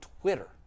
Twitter